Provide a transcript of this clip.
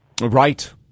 Right